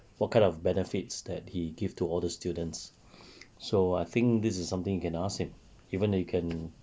what kind of benefits that he give to all the students so I think this is something you can ask him even you can